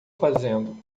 fazendo